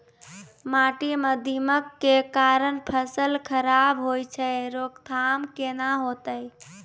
माटी म दीमक के कारण फसल खराब होय छै, रोकथाम केना होतै?